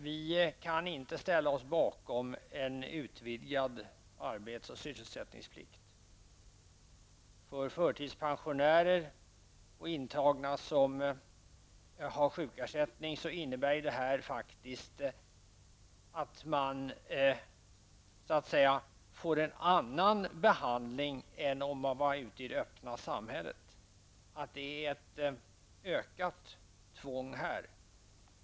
Vi kan inte ställa oss bakom en utvidgad arbets och sysselsättningsplikt. För förtidspensionärer och intagna som har sjukersättning innebär detta faktiskt att man får en annan behandling än om man vistas ute i det öppna samhället. Det finns ett större tvång här.